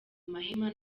mahema